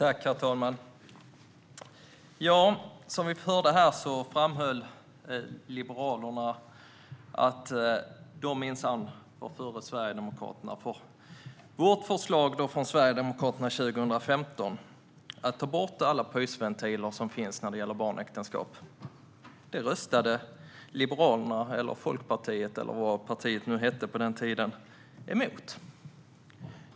Herr talman! Som vi hörde här framhåller Liberalerna att de minsann var före Sverigedemokraterna i den här frågan. Sverigedemokraternas förslag 2015 var att ta bort alla pysventiler som finns när det gäller barnäktenskap. Det röstade Liberalerna, Folkpartiet eller vad partiet nu hette på den tiden, emot.